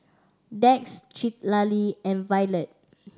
Dax Citlali and Violet